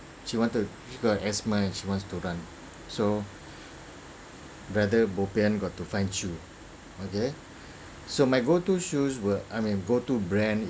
she wanted she got asthma and she wants to run so rather bopian got to find shoe okay so my go to shoes were I mean go to brand